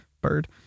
bird